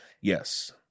Yes